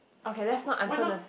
okay let's not answer the